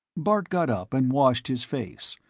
bart got up and washed his face,